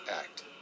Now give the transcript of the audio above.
Act